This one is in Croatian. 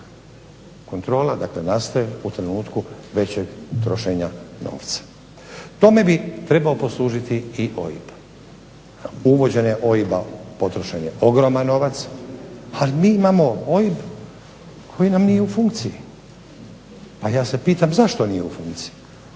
Kontrola dakle nastaje u trenutku većeg trošenja novca. Tome bi trebao poslužiti i OIB. Uvođenjem OIB-a potrošen je ogroman novac ali mi imamo OIB koji nam nije u funkciji. A ja se pitam zašto on nije u funkciji?